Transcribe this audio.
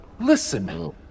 Listen